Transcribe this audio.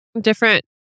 different